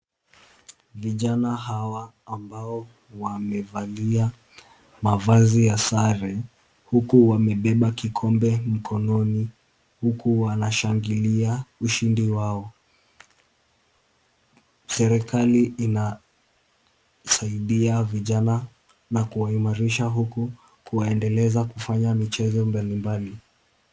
Vijana hawa ambao wamevalia mavazi ya sare, huku wamebeba kikombe mkononi, huku wanashangilia ushindi wao, serikali inasaidia vijana na kuwaimarisha huku, kuwaendeleza kufanya michezo mbalimbali.